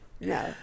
No